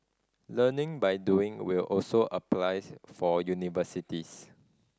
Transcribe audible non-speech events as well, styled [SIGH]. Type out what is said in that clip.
learning by doing will also apply [UNINTELLIGIBLE] for universities